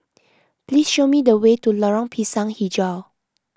please show me the way to Lorong Pisang HiJau